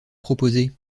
proposez